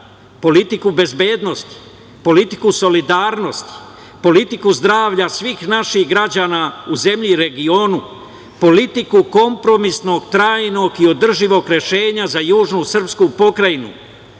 politiku bezbednosti, politiku solidarnosti, politiku zdravlja svih naših građana u zemlji i regionu, politiku kompromisnog, trajnog i održivog rešenja za južnu srpsku pokrajinu,